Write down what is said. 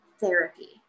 therapy